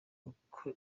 uko